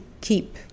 keep